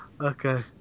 Okay